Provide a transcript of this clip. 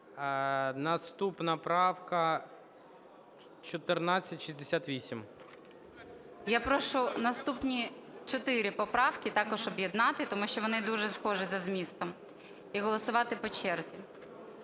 ПЛАЧКОВА Т.М. Я прошу наступні чотири поправки також об'єднати, тому що вони дуже схожі за змістом, і голосувати по черзі.